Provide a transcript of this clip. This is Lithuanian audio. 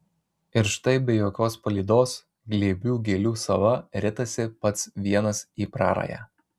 ir štai be jokios palydos glėbių gėlių sava ritasi pats vienas į prarają